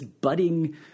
budding